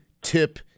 tip